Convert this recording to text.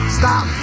stop